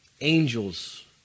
Angels